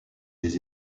des